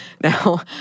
Now